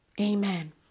Amen